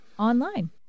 online